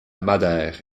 madère